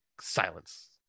silence